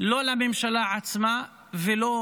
לא לממשלה עצמה ולא